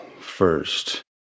first